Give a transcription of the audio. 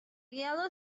yellow